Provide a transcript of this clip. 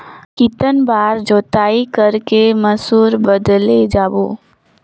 कितन बार जोताई कर के मसूर बदले लगाबो?